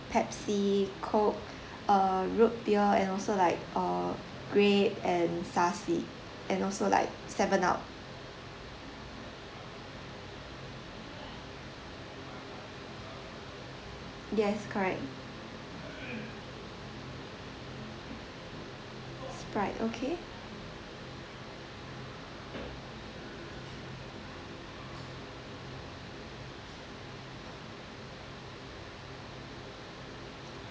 pepsi coke uh root beer and also like uh grape and sarsi and also like seven up yes correct sprite okay